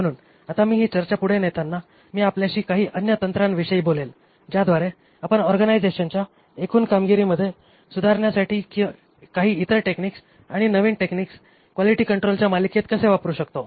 म्हणून आता ही चर्चा पुढे नेताना मी आपल्याशी काही अन्य तंत्रांविषयी बोलेल ज्याद्वारे आपण ऑर्गनायझेशनच्या एकूण कामगिरीमध्ये सुधारण्यासाठी काही इतर टेक्निक आणि नवीन टेक्निक क्वालिटी कंट्रोलच्या मालिकेत कसे वापरू शकतो